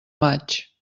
maig